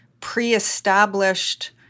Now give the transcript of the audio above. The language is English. pre-established